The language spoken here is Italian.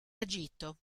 agito